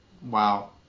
Wow